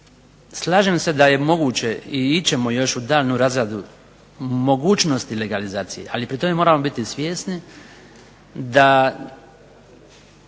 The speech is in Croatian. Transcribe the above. slažem se da je moguće i ići ćemo u daljnju razradu mogućnosti legalizacije, ali pri tome moramo biti svjesni da